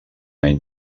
any